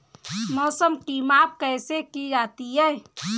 मौसम की माप कैसे की जाती है?